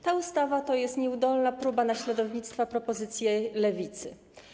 Ta ustawa to jest nieudolna próba naśladownictwa propozycji Lewicy.